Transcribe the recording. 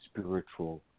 spiritual